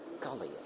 golly